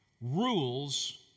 Rules